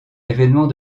événements